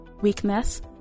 weakness